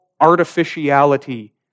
artificiality